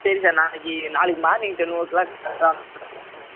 சரி சார் நாளைக்கு நாளைக்கு மார்னிங் டென் ஓ கிளாக் கரெக்டாக வந்துருங்க சார்